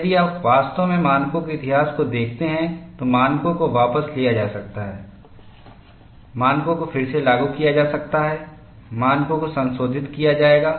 और यदि आप वास्तव में मानकों के इतिहास को देखते हैं तो मानकों को वापस लिया जा सकता है मानकों को फिर से लागू किया जा सकता है मानकों को संशोधित किया जाएगा